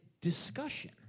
discussion